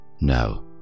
No